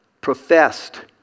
professed